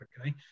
okay